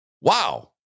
Wow